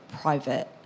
private